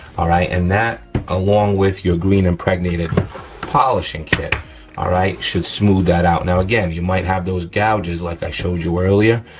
all right? and that along with your green impregnated polishing kit ah should smooth that out. now again, you might have those gouges like i showed you earlier,